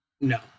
No